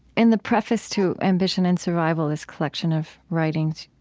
in the preface to ambition and survival, this collection of writings,